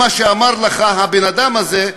מה שאמר לך הבן-אדם הזה,